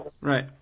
Right